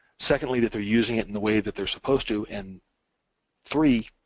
secondly, that they're using it in the way that they're supposed to and three,